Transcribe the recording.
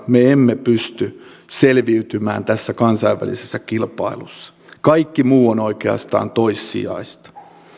me emme pysty selviytymään tässä kansainvälisessä kilpailussa kaikki muu on oikeastaan toissijaista